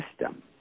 system